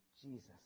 Jesus